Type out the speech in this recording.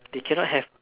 they cannot have